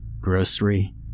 Grocery